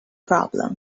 problem